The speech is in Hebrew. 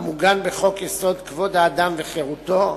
המוגן בחוק-יסוד: כבוד האדם וחירותו,